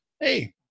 Hey